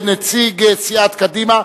נציג סיעת קדימה,